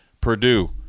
Purdue